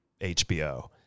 HBO